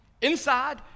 Inside